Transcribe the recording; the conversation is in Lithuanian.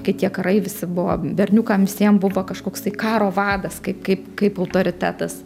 kai tie karai visi buvo berniukam visiem buvo kažkoks tai karo vadas kaip kaip kaip autoritetas